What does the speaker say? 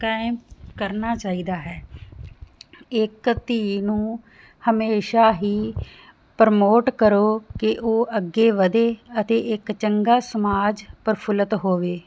ਕਾਇਮ ਕਰਨਾ ਚਾਹੀਦਾ ਹੈ ਇਕ ਧੀ ਨੂੰ ਹਮੇਸ਼ਾ ਹੀ ਪ੍ਰਮੋਟ ਕਰੋ ਕਿ ਉਹ ਅੱਗੇ ਵਧੇ ਅਤੇ ਇੱਕ ਚੰਗਾ ਸਮਾਜ ਪ੍ਰਫੁਲਿਤ ਹੋਵੇ